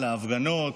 על ההפגנות.